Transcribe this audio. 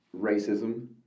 racism